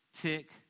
tick